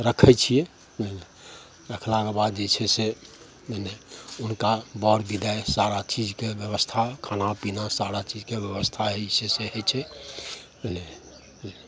रखै छिए रखलाके बाद जे छै से नहि नहि हुनका बर विदाइ सारा चीजके बेबस्था खानापिना सारा चीजके बेबस्था होइ छै से होइ छै नहि नहि